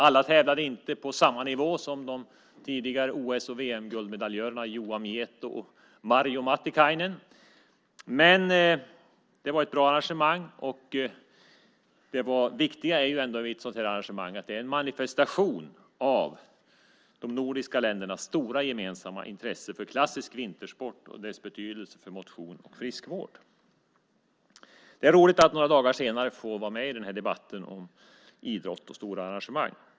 Alla tävlade inte på samma nivå som de tidigare OS och VM-guldmedaljörerna Juha Mieto och Marjo Matikainen. Men det var ett bra arrangemang, och det viktiga vid ett sådant arrangemang är att det är en manifestation av de nordiska ländernas stora gemensamma intresse för klassisk vintersport och dess betydelse för motion och friskvård. Det är roligt att så här några dagar senare få vara med i den här debatten om idrott och stora arrangemang.